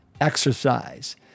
exercise